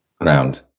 ground